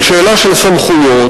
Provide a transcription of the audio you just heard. על שאלה של סמכויות,